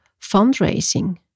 fundraising